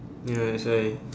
ya that's why